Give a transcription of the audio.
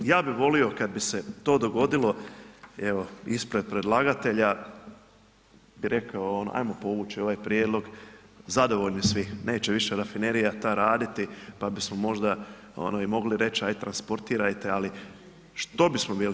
Ja bi volio kada bi se to dogodilo, evo ispred predlagatelja bi rekao, ono ajmo povući ovaj prijedlog, zadovoljni svi neće više rafinerija ta raditi pa bismo možda i mogli reći ajde transportirajte ali što bismo bili?